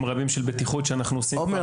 רבים של בטיחות שאנחנו עושים --- עומר,